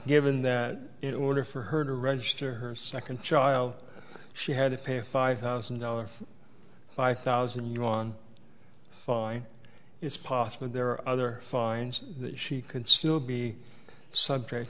given that it order for her to register her second child she had to pay five thousand dollars five thousand yuan it's possible there are other fines that she could still be subject